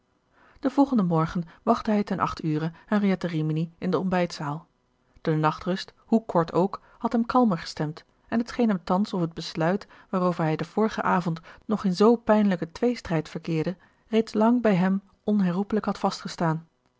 den volgenden morgen wachtte hij ten acht ure henriette rimini in de ontbijtzaal de nachtrust hoe kort ook had hem kalmer gestemd en het scheen hem thans of het besluit waarover hij den vorigen avond nog in zoo pijnlijken tweestrijd verkeerde reeds lang bij hem onherroepelijk had